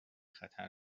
خطر